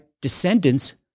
descendants